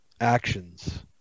actions